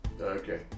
Okay